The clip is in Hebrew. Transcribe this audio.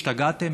השתגעתם?